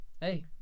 Hey